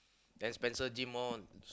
then Spencer gym on